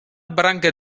branca